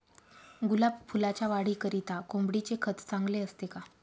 गुलाब फुलाच्या वाढीकरिता कोंबडीचे खत चांगले असते का?